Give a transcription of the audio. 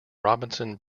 robinson